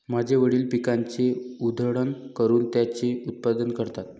माझे वडील पिकाची उधळण करून त्याचे उत्पादन करतात